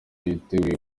yiteguye